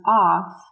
off